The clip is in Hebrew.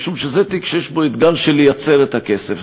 משום שזה תיק שיש בו אתגר של לייצר את הכסף.